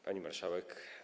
Pani Marszałek!